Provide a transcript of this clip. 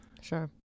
Sure